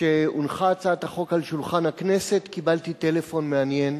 כשהונחה הצעת החוק על שולחן הכנסת קיבלתי טלפון מעניין